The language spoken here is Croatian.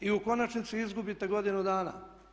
I u konačnici izgubite godinu dana.